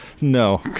No